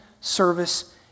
service